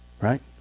Right